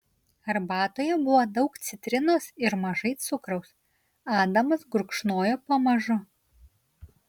arbatoje buvo daug citrinos ir mažai cukraus adamas gurkšnojo pamažu